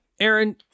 Aaron